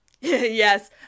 Yes